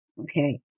Okay